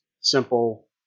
Simple